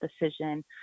decision